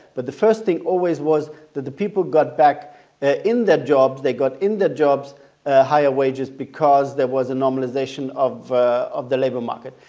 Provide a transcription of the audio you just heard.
but the first thing always was that the people got back ah in their jobs, they got in their jobs higher wages, because there was a normalization of of the labor market.